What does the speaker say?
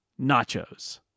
nachos